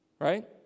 right